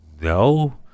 no